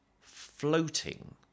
floating